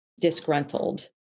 disgruntled